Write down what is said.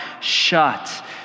shut